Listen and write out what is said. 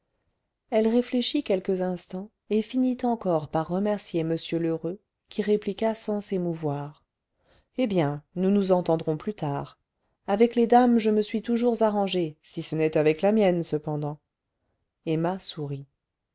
elle réfléchit quelques instants et finit encore par remercier m lheureux qui répliqua sans s'émouvoir eh bien nous nous entendrons plus tard avec les dames je me suis toujours arrangé si ce n'est avec la mienne cependant emma sourit